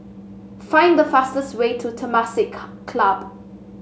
find the fastest way to Temasek Club